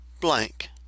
blank